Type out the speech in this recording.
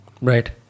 Right